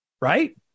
right